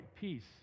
peace